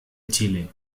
chile